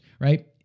right